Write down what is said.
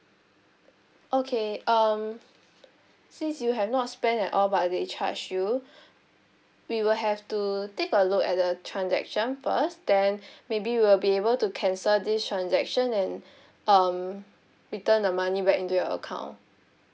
okay um since you have not spend at all but they charged you we will have to take a look at the transaction first then maybe we'll be able to cancel this transaction then um return the money back into your account